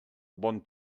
bon